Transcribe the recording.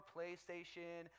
PlayStation